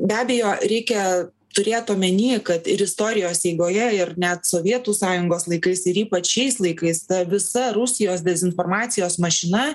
be abejo reikia turėt omenyje kad ir istorijos eigoje ir net sovietų sąjungos laikais ir ypač šiais laikais ta visa rusijos dezinformacijos mašina